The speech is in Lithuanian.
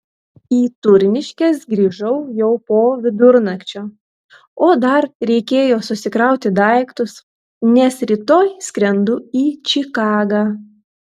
į turniškes grįžau jau po vidurnakčio o dar reikėjo susikrauti daiktus nes rytoj skrendu į čikagą